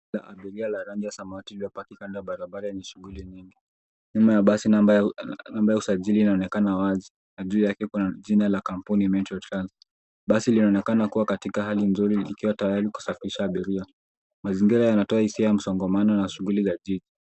Abiria la rangi ya samawati iliyo parki kando ya barabara yenye shughuli nyingi. Nyuma ya basi namba ya usajili inaonekana wazi, na juu yake kuna jina la kampuni Metro Trans. Basi linaonekana kuwa katikati hali nzuri, likiwa tayari kusafirisha abiria. Mazingira yanatoa hisia ya msongamano na shughuli za jiji.